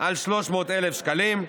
על 300,000 שקלים,